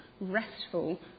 restful